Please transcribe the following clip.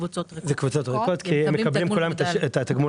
קבוצות ריקות כי כולם מקבלים את התגמול